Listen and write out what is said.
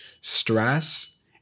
stress